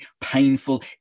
painful